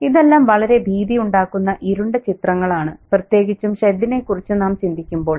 ഇതെല്ലാം വളരെ ഭീതിയുണ്ടാക്കുന്ന ഇരുണ്ട ചിത്രങ്ങളാണ് പ്രത്യേകിച്ചും ഷെഡിനെക്കുറിച്ച് നാം ചിന്തിക്കുമ്പോൾ